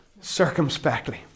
circumspectly